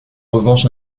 revanche